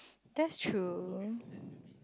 that's true